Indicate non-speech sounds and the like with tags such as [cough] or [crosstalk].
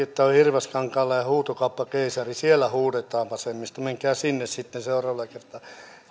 [unintelligible] että ollaan hirvaskankaalla ja tämä on huutokauppakeisari siellä huudetaan vasemmisto menkää sinne sitten seuraavalla kertaa